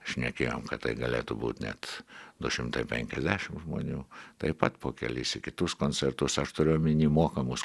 šnekėjom kad tai galėtų būt net du šimtai penkiasdešim žmonių taip pat po kelis į kitus koncertus aš turiu omeny mokamus